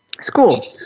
School